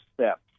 step